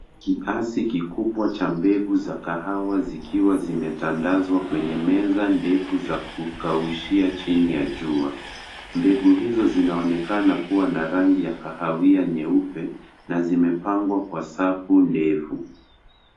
Kiasi kikubwa cha mbegu za kahawa zikiwa zimetandazwa kwenye meza ndefu za kukaushia chini ya jua. Mbegu hizo zinaonekana kuwa na rangi ya kahawia nyeupe na zimepangwa kwa safu ndefu.